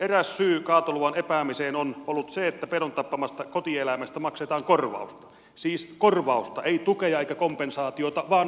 eräs syy kaatoluvan epäämiseen on ollut se että pedon tappamasta kotieläimestä maksetaan korvausta siis korvausta ei tukea eikä kompensaatiota vaan vahingonkorvausta